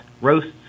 roasts